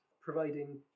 providing